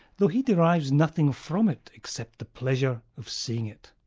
though he derives nothing from it except the pleasure of seeing it.